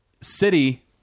city